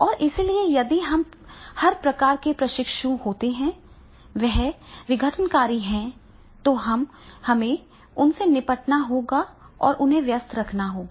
और इसलिए यदि इस प्रकार के प्रशिक्षु हैं वे विघटनकारी हैं तो हमें उनसे निपटना होगा और उन्हें व्यस्त रखना होगा